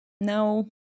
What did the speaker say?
now